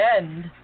end